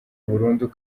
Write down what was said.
burundu